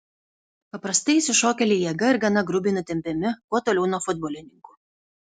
paprastai išsišokėliai jėga ir gana grubiai nutempiami kuo toliau nuo futbolininkų